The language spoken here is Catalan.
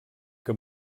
que